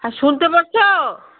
হ্যাঁ শুনতে পাচ্ছ